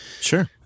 Sure